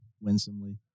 winsomely